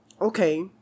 okay